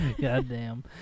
Goddamn